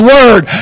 Word